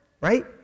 Right